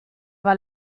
war